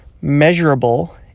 Measurable